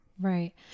Right